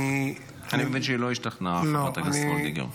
אני מבין שהיא לא השתכנעה, חברת הכנסת וולדיגר.